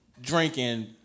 drinking